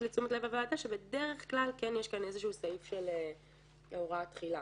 לתשומת לב הוועדה שבדרך כלל יש כאן סעיף של הוראת תחילה,